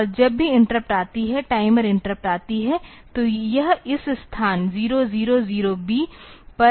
और जब भी इंटरप्ट आती है टाइमर इंटरप्ट आती है तो यह इस स्थान 000B पर आने वाला है